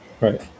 right